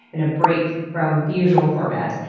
and a break from the usual format.